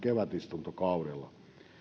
kevätistuntokaudella